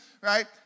right